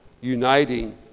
uniting